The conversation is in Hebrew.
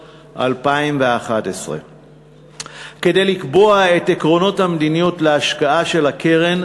2011. כדי לקבוע את עקרונות המדיניות להשקעה של הקרן,